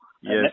Yes